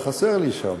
אתה חסר לי שם.